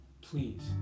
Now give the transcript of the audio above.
please